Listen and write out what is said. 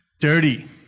dirty